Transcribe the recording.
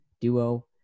duo